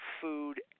food